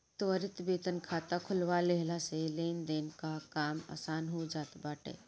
त्वरित वेतन खाता खोलवा लेहला से लेनदेन कअ काम आसान हो जात बाटे